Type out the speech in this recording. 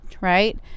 right